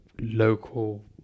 local